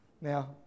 Now